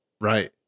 Right